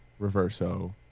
reverso